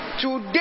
today